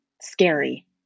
scary